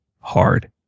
hard